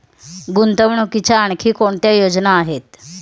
गुंतवणुकीच्या आणखी कोणत्या योजना आहेत?